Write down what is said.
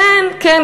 כן, כן.